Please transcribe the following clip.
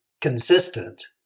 consistent